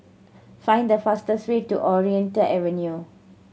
find the fastest way to Ontario Avenue